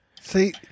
See